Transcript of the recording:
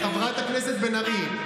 חברת הכנסת בן ארי,